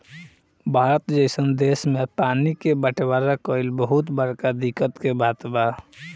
भारत जइसन देश मे पानी के बटवारा कइल बहुत बड़का दिक्कत के बात बा